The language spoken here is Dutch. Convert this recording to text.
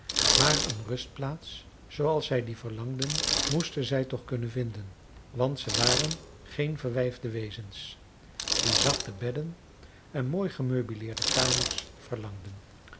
maar een rustplaats zooals zij die verlangden moesten zij toch kunnen vinden want ze waren geen verwijfde wezens die zachte bedden en mooi gemeubileerde kamers verlangden